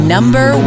Number